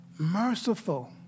merciful